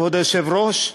כבוד היושב-ראש,